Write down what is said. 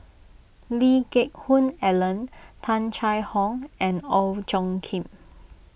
Lee Geck Hoon Ellen Tung Chye Hong and Ong Tjoe Kim